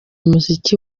umuziki